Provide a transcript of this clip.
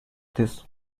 this